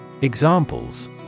Examples